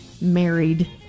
married